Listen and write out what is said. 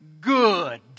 good